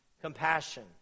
compassion